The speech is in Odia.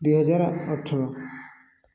ଦୁଇହଜାର ଅଠର